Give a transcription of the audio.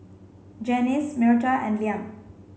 Janyce Myrta and Liam